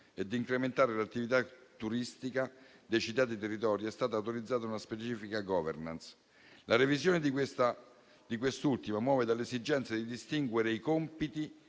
e di incrementare l'attività turistica, dei citati territori, è stata autorizzata una specifica *governance*. La revisione di quest'ultima muove dall'esigenza di distinguere i compiti